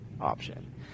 option